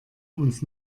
uns